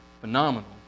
phenomenal